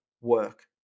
work